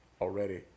already